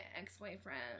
ex-boyfriend